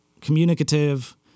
communicative